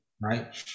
right